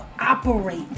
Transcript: operate